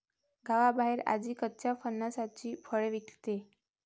गावाबाहेर आजी कच्च्या फणसाची फळे विकते